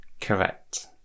Correct